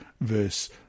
verse